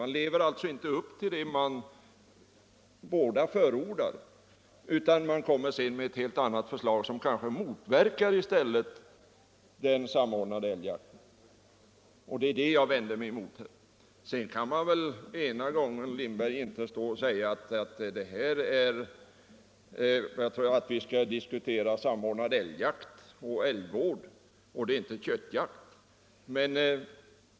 Ni lever inte upp till det ni förordar utan kommer med ett helt annat förslag, som kanske i stället motverkar en samordnad älgjakt. Det är det jag vänder mig emot. Sedan kan man inte, herr Lindberg, säga att förslaget gäller en samordnad älgjakt och älgvård och inte en köttjakt.